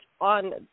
on